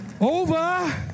over